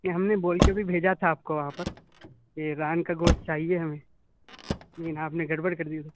یہ ہم نے بول کے بھی بھیجا تھا آپ کو وہاں پر کہ ران کا گوشت چاہیے ہمیں لیکن آپ نے گڑبڑ کر دی